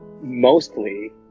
mostly